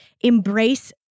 embrace